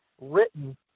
written